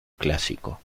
clásico